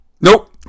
Nope